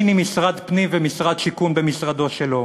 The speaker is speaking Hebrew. מיני משרד פנים ומשרד שיכון במשרדו שלו.